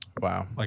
Wow